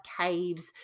caves